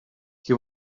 qui